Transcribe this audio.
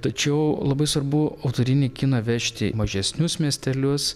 tačiau labai svarbu autorinį kiną vežti į mažesnius miestelius